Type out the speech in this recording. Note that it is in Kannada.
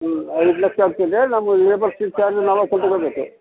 ಹ್ಞೂ ಐದು ಲಕ್ಷ ಆಗ್ತದೆ ನಮ್ಮ ಲೇಬರ್ಸಿನ ಚಾರ್ಜು ನಾವೇ ಕೊಟ್ಕೊಬೇಕು